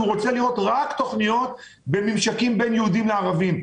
כי הוא רוצה רק תוכניות שיש בהן ממשקים בין יהודים לערבים.